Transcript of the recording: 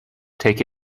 take